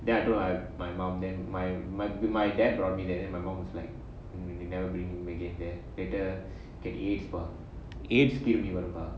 then I told my I told my mom then my dad brought me there my mom was like I'll never bring you again there later get aids பா:paa aids திரும்பி வரும் பா:thirumbi varum pa